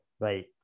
Right